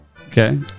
Okay